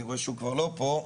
אני רואה שהוא כבר לא פה.